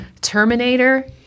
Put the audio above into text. Terminator